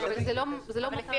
זה לא נכון.